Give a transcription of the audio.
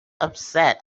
upset